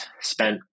spent